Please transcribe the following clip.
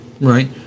right